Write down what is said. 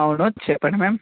అవును చెప్పండి మ్యామ్